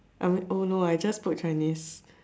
I'm oh no I just spoke Chinese